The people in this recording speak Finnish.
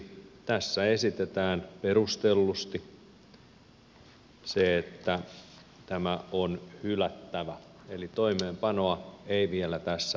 tässä esitetään perustellusti se että tämä on hylättävä eli toimeenpanoa ei vielä tässä vaiheessa tehdä